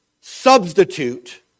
substitute